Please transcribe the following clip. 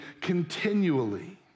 continually